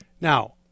Now